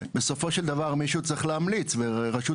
בסופו של דבר מישהו צריך להמליץ ורשות